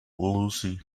lucy